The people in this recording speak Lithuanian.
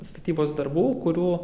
statybos darbų kurių